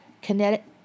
Kinetic